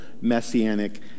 messianic